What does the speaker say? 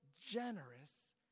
generous